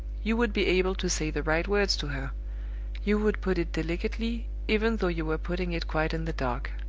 you would be able to say the right words to her you would put it delicately, even though you were putting it quite in the dark.